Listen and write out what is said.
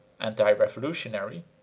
anti-revolutionary